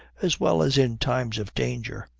as well as in times of danger.